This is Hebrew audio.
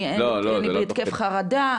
אני בהתקף חרדה,